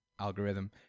algorithm